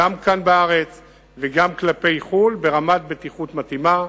גם כאן בארץ וגם כלפי חו"ל, ברמת בטיחות מתאימה.